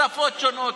שפות שונות,